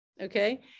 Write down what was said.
Okay